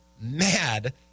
mad